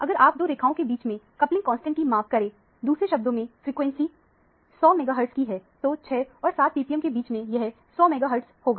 अगर आप दो रेखाओं के बीच में कपलिंग कांस्टेंट कि माप करें दूसरे शब्दों में फ्रीक्वेंसी 100 मेगाहर्टज की है तो 6 और 7 ppm के बीच में यह 100 मेगाहर्टज होगा